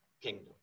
kingdom